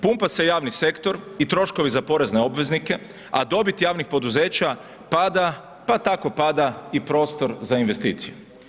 Pumpa se javni sektor i troškove za porezne obveznike, a dobit javnih poduzeća, pada, pa tako pada i prostor za investicije.